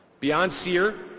beyond seer,